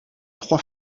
trois